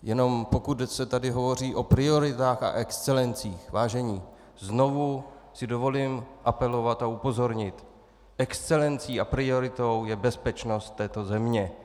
Jenom pokud se tady hovoří o prioritách a excelencích, vážení, znovu si dovolím apelovat a upozornit excelencí a prioritou je bezpečnost této země.